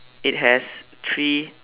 it has three